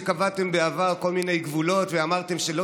שקבעתם בעבר כל מיני גבולות ואמרתם שלא